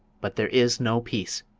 but there is no peace!